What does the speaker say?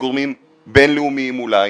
לגורמים בין-לאומיים אולי,